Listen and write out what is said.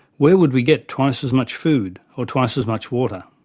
where would we get twice as much food or twice as much water?